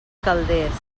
calders